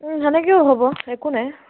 সেনেকৈও হ'ব একো নাই